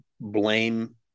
blame